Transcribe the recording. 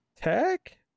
Tech